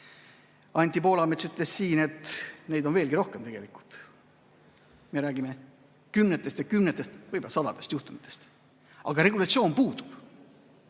Anti Poolamets ütles siin, et neid on tegelikult veelgi rohkem. Me räägime kümnetest ja kümnetest, võib‑olla sadadest juhtumitest. Aga regulatsioon puudub.